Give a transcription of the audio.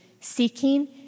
seeking